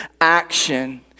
action